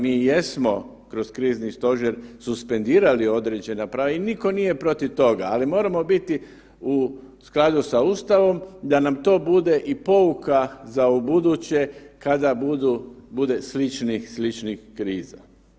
Mi jesmo kroz krizni stožer suspendirali određena prava i nitko nije protiv toga, ali moramo biti u skladu sa Ustavom, da nam to bude i pouka za ubuduće kada bude sličnih kriza.